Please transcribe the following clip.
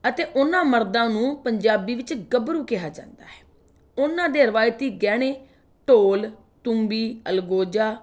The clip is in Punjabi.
ਅਤੇ ਉਨ੍ਹਾਂ ਮਰਦਾਂ ਨੂੰ ਪੰਜਾਬੀ ਵਿੱਚ ਗੱਭਰੂ ਕਿਹਾ ਜਾਂਦਾ ਹੈ ਉਨ੍ਹਾਂ ਦੇ ਰਵਾਇਤੀ ਗਹਿਣੇ ਢੋਲ ਤੂੰਬੀ ਅਲਗੋਜ਼ਾ